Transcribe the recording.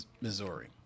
Missouri